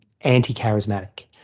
anti-charismatic